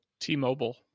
T-Mobile